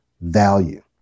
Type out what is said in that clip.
value